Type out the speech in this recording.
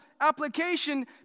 application